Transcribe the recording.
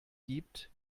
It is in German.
gibt